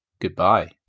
goodbye